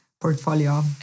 portfolio